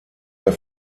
der